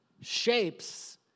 shapes